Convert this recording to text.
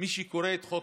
מי שקורא את חוק